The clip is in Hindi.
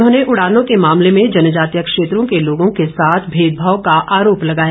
उन्होंने उड़ानों के मामले में जनजातीय क्षेत्रों के लोगों के साथ भेदभाव का आरोप लगाया